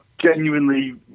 genuinely